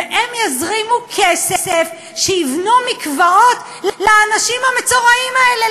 והם יזרימו כסף כדי שיבנו מקוואות לאנשים המצורעים האלה,